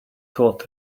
thought